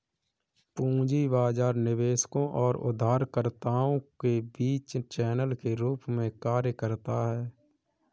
पूंजी बाजार निवेशकों और उधारकर्ताओं के बीच चैनल के रूप में कार्य करता है